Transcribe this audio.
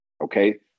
okay